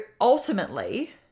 ultimately